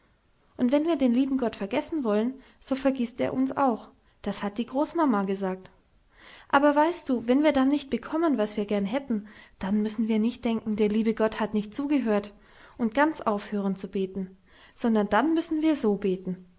und wenn wir den lieben gott vergessen wollen so vergißt er uns auch das hat die großmama gesagt aber weißt du wenn wir dann nicht bekommen was wir gern hätten dann müssen wir nicht denken der liebe gott hat nicht zugehört und ganz aufhören zu beten sondern dann müssen wir so beten